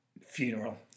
Funeral